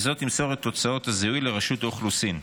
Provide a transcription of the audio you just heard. וזו תמסור את תוצאתה זיהוי לרשות האוכלוסין.